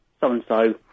so-and-so